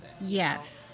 yes